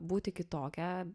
būti kitokia